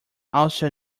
also